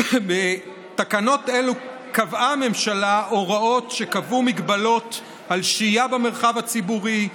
בתקנות אלה קבעה הממשלה הוראות שקבעו הגבלות על שהייה במרחב הציבורי,